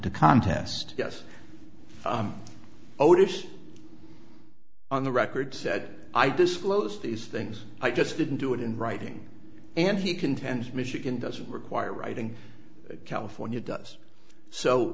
the contest oh dish on the record said i disclose these things i just didn't do it in writing and he contends michigan doesn't require writing california does so